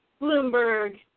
Bloomberg